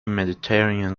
mediterranean